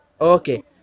Okay